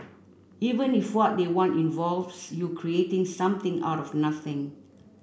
even if what they want involves you creating something out of nothing